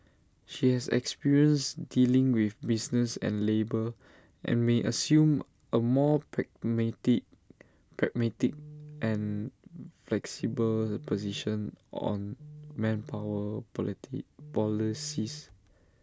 she has experience dealing with business and labour and may assume A more pragmatic pragmatic and flexible position on manpower polity policies